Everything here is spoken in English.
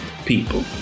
people